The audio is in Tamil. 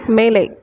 மேலே